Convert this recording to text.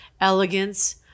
elegance